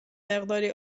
مقداری